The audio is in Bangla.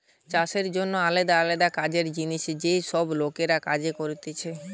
চাষের জন্যে আলদা আলদা কাজের জিনে যে সব লোকরা কাজ করতিছে